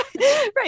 right